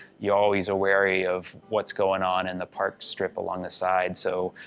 you always are wary of what's going on, and the park strips along the sides. so,